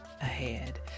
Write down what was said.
Ahead